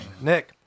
Nick